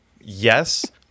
Yes